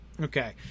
Okay